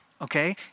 okay